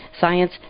science